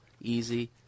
easy